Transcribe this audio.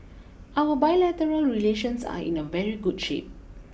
our bilateral relations are in a very good shape